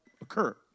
occur